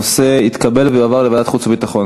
הנושא התקבל, ויועבר לוועדת החוץ והביטחון.